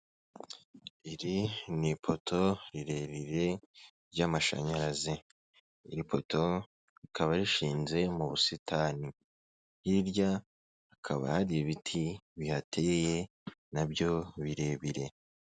Iri ni ipoto rirebirire ry'amashanyarazi, iri poto rikaba rishinze mu busitani, hirya hakaba hari ibiti bihateye na byo birebire.